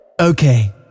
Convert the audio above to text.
Okay